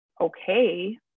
okay